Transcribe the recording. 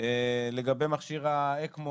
לגבי מכשיר האקמו